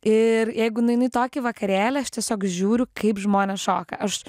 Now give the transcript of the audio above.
ir jeigu nueinu į tokį vakarėlį aš tiesiog žiūriu kaip žmonės šoka aš